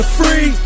free